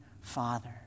father